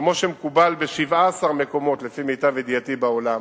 כמו שמקובל ב-17 מקומות, לפי מיטב ידיעתי, בעולם,